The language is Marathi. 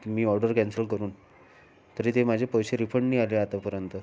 ती मी ऑर्डर कॅन्सल करून तरी ते माझे पैसे रिफंड नाही आले आतापर्यंत